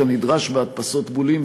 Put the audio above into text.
כנדרש בהדפסות בולים.